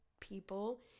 people